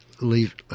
leave